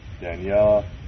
Danielle